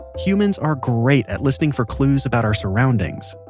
humans are great at listening for clues about our surroundings.